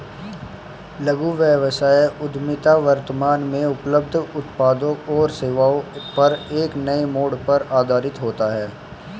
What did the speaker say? लघु व्यवसाय उद्यमिता वर्तमान में उपलब्ध उत्पादों और सेवाओं पर एक नए मोड़ पर आधारित होता है